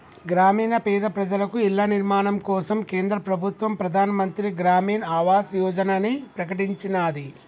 గ్రామీణ పేద ప్రజలకు ఇళ్ల నిర్మాణం కోసం కేంద్ర ప్రభుత్వం ప్రధాన్ మంత్రి గ్రామీన్ ఆవాస్ యోజనని ప్రకటించినాది